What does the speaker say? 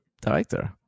director